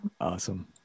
Awesome